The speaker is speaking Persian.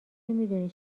میدونی